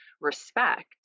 respect